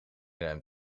ruimt